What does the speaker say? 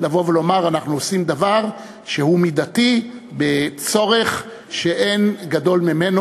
לבוא ולומר: אנחנו עושים דבר שהוא מידתי בצורך שאין גדול ממנו,